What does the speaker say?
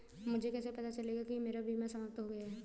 मुझे कैसे पता चलेगा कि मेरा बीमा समाप्त हो गया है?